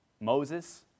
Moses